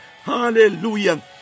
Hallelujah